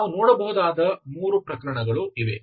ನಾವು ನೋಡಬಹುದಾದ 3 ಪ್ರಕರಣಗಳು ಇವೆ